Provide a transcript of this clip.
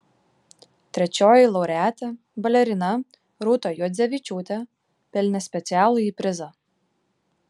trečioji laureatė balerina rūta juodzevičiūtė pelnė specialųjį prizą